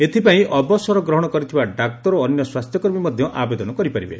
ଏଥିପାଇଁ ଅବସର ଗ୍ରହଣ କରିଥିବା ଡାକ୍ତର ଓ ଅନ୍ୟ ସ୍ୱାସ୍ଥ୍ୟକର୍ମୀ ମଧ୍ୟ ଆବେଦନ କରି ପାରିବେ